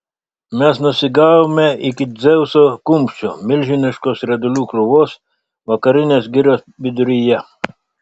mes nusigavome iki dzeuso kumščio milžiniškos riedulių krūvos vakarinės girios viduryje